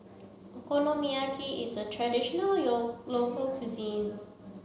Okonomiyaki is a traditional local cuisine